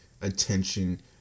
attention